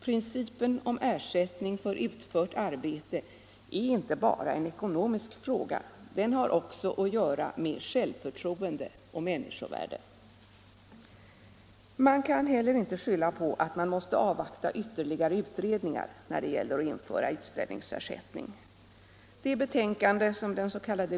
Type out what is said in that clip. Principen om ersättning för utfört arbete är inte bara en ekonomisk fråga, den har också med självförtroende och människovärde att göra. Man kan heller inte skylla på att man måste avvakta ytterligare utredningar när det gäller att införa utställningsersättning. Det betänkande som den s.k.